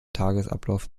tagesablauf